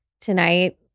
tonight